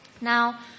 Now